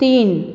तीन